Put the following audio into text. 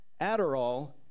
Adderall